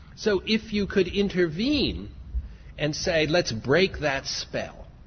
so if you could intervene and say let's break that spell